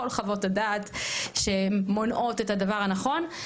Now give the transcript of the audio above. כל חוות הדעת שמונעות את הדבר הנכון,